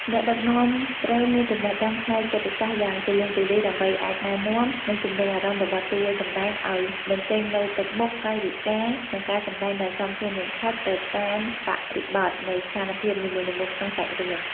អ្នកដឹកនាំត្រូវមានចំណេះដឹងផ្នែកចិត្តសាស្ត្រយ៉ាងទូលំទូលាយដើម្បីអាចណែនាំ និងជម្រុញអារម្មណ៍របស់តួសម្ដែងឱ្យបញ្ចេញនូវទឹកមុខ កាយវិការ និងការសម្ដែងដែលសមសួនបំផុតទៅតាមបរិបទនៃស្ថានភាពនីមួយៗក្នុងសាច់រឿង។